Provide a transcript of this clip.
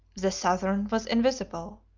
the southern was invisible.